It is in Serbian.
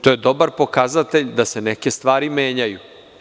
To je dobar pokazatelj da se neke stvari menjaju.